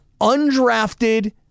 undrafted